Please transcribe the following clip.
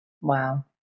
Wow